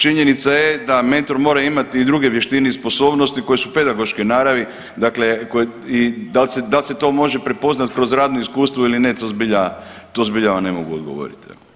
Činjenica je da mentor mora imati i druge vještine i sposobnosti koje su pedagoške naravi, dakle koje i da li se to može prepoznati kroz radno iskustvo ili ne to zbilja, to zbilja vam ne mogu odgovoriti.